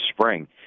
spring